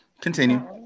Continue